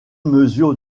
mesure